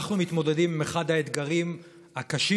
אנחנו מתמודדים עם אחד האתגרים הקשים